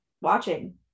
watching